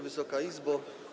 Wysoka Izbo!